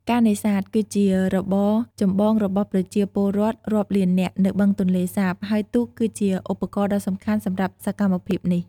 ការនេសាទ គឺជារបរចម្បងរបស់ប្រជាពលរដ្ឋរាប់លាននាក់នៅបឹងទន្លេសាប ហើយទូកគឺជាឧបករណ៍ដ៏សំខាន់សម្រាប់សកម្មភាពនេះ។